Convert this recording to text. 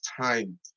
time